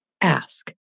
ask